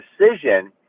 decision